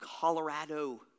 Colorado